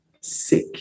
sick